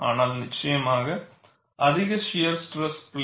ஆனால் நிச்சயமாக அதிகபட்ச shear stress plane shear stress plane